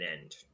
end